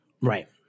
right